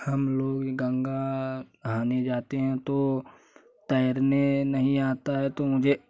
हम लोग गँगा नहाने जाते हैं तो तैरने नहीं आता है तो मुझे